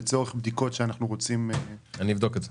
לצורך בדיקות שאנחנו רוצים --- אני אבדוק את זה.